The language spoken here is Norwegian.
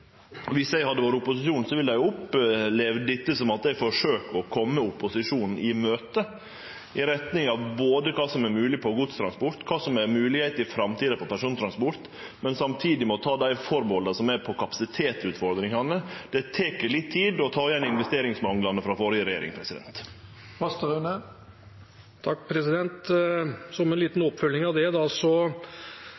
eg hadde vore i opposisjon, ville eg opplevd dette som om eg forsøkjer å kome opposisjonen i møte, i retning av både kva som er mogleg på godstransport, og kva som er mogleg i framtida på persontransport, samtidig som ein må ta dei atterhalda som er på kapasitetsutfordringane. Det tek litt tid å ta igjen investeringsmanglane frå førre regjering.